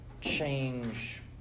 change